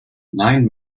nine